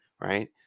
right